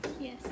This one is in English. Yes